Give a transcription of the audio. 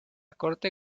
corte